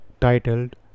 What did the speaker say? titled